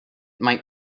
might